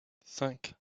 cinq